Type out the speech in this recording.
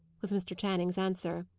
was mr. channing's answer.